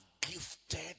gifted